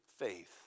faith